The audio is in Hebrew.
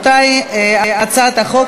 (הרשות והמועצה לשידורים מסחריים),